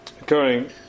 Occurring